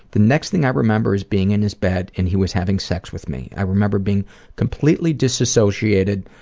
the next thing i remember is being in his bed and he was having sex with me. i remember being completely disassociated